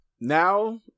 now